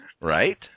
Right